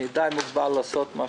אני עדיין מוגבל, לעשות מה